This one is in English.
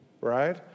right